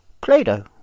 play-doh